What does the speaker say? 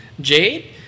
Jade